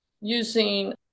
using